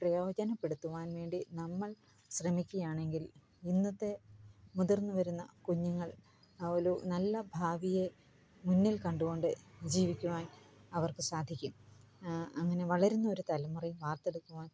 പ്രയോജനപ്പെടുത്തുവാൻവേണ്ടി നമ്മൾ ശ്രമിക്കയാണെങ്കിൽ ഇന്നത്തെ മുതിർന്നുവരുന്ന കുഞ്ഞുങ്ങൾ അവലു നല്ല ഭാവിയെ മുന്നിൽകണ്ടുകൊണ്ട് ജീവിക്കുവാൻ അവർക്ക് സാധിക്കും അങ്ങനെ വളരുന്ന ഒരു തലമുറയെ വാർത്തെടുക്കുവാൻ